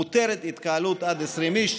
מותרת התקהלות עד 20 איש.